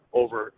over